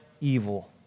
evil